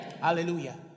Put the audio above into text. Hallelujah